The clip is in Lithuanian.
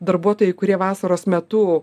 darbuotojai kurie vasaros metu